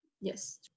Yes